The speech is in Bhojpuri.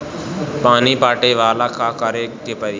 पानी पटावेला का करे के परी?